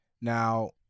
now